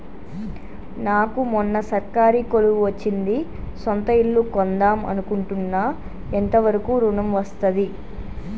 నాకు మొన్న సర్కారీ కొలువు వచ్చింది సొంత ఇల్లు కొన్దాం అనుకుంటున్నా ఎంత వరకు ఋణం వస్తది?